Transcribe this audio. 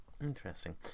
Interesting